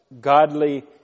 godly